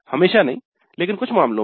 हमेशा नहीं लेकिन कुछ मामलों में